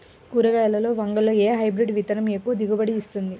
కూరగాయలలో వంగలో ఏ హైబ్రిడ్ విత్తనం ఎక్కువ దిగుబడిని ఇస్తుంది?